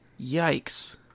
yikes